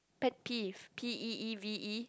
pet peeve P E E V E